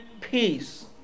peace